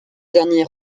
dernier